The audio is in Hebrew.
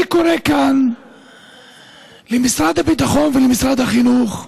אני קורא כאן למשרד הביטחון ולמשרד החינוך,